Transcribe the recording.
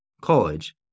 College